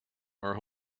are